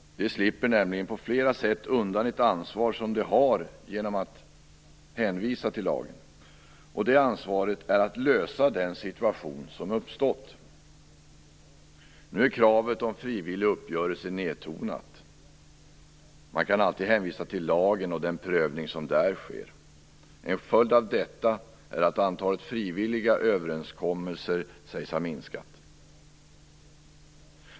De slipper nämligen på flera sätt undan ett ansvar som de har genom att hänvisa till lagen. Det ansvaret är att lösa den situation som har uppstått. Nu är kravet om frivillig uppgörelse nedtonat - man kan alltid hänvisa till lagen och den prövning som där sker. En följd av detta är att antalet frivilliga överenskommelser sägs ha minskat.